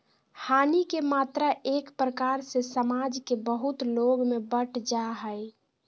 हानि के मात्रा एक प्रकार से समाज के बहुत लोग में बंट जा हइ